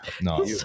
No